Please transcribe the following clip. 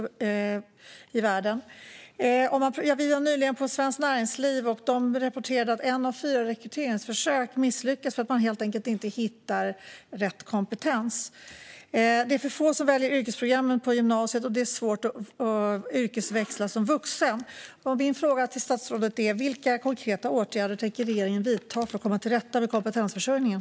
Vi besökte nyligen Svenskt Näringsliv som rapporterade att ett av fyra rekryteringsförsök misslyckas för att man helt enkelt inte hittar rätt kompetens. Det är för få som väljer yrkesprogrammen på gymnasiet, och det är svårt att yrkesväxla som vuxen. Min fråga till statsrådet är: Vilka konkreta åtgärder tänker regeringen vidta för att komma till rätta med kompetensförsörjningen?